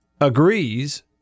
agrees